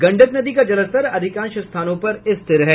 गंडक नदी का जलस्तर अधिकांश स्थानों पर रिथर है